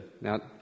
Now